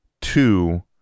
two